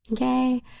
Yay